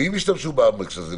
ואם ישתמשו ב- hand brakeהזה,